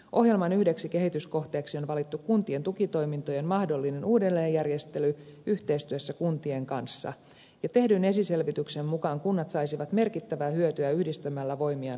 ohjelman yhdeksi kehityskohteeksi on valittu kuntien tukitoimintojen mahdollinen uudelleenjärjestely yhteistyössä kuntien kanssa ja tehdyn esiselvityksen mukaan kunnat saisivat merkittävää hyötyä yhdistämällä voimiaan hallintopalveluissa